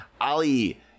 Ali